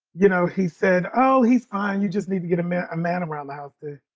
you know, he said, oh, he's fine. you just need to get him a man around the house to